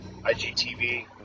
IGTV